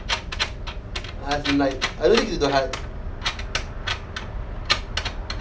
as in like I don't need to have